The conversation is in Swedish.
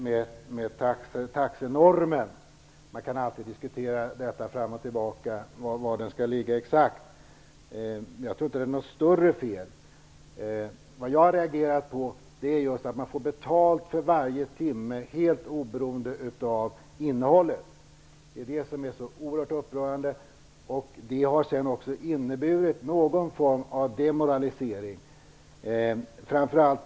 Man kan alltid diskutera fram och tillbaka exakt var den skall ligga, men jag tror inte att det är något större fel med den. Vad jag har reagerat mot är just att man får betalt för varje timme helt oberoende av innehållet i arbetet. Det är det som är så oerhört upprörande. Det har också inneburit någon form av demoralisering.